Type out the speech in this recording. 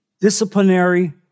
disciplinary